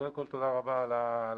קודם כול, תודה רבה על ההצגה.